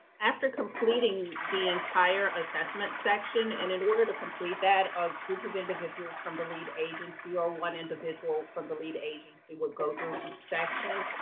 after completing the entire assessment section, and in order to complete that, a group of individuals from the lead agency or one individual from the lead agency would go through each section.